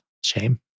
shame